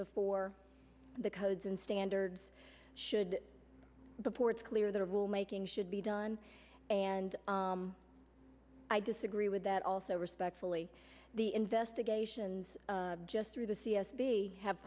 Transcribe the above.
before the codes and standards should the ports clear the rule making should be done and i disagree with that also respectfully the investigations just through the c s b have